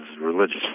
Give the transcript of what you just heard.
religious